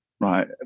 right